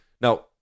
Now